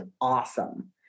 awesome